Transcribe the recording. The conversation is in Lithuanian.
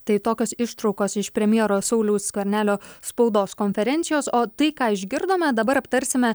tai tokios ištraukos iš premjero sauliaus skvernelio spaudos konferencijos o tai ką išgirdome dabar aptarsime